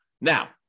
Now